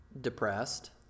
depressed